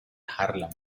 harlem